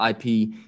IP